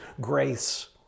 grace